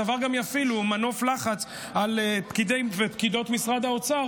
הדבר גם יפעיל מנוף לחץ על פקידי ופקידות משרד האוצר